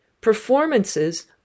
performances